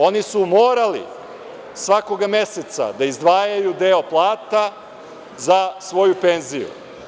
Oni su morali svakog meseca da izdvajaju deo plata za svoju penziju.